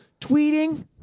tweeting